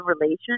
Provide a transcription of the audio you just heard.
relationship